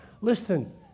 Listen